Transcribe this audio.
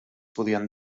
podien